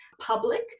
public